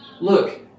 look